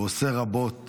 ועושה רבות